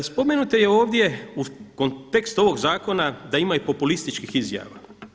Spomenuto je ovdje u kontekstu ovog zakona da ima i populističkih izjava.